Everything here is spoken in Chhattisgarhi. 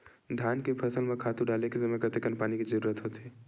धान के फसल म खातु डाले के समय कतेकन पानी के जरूरत होथे?